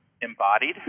embodied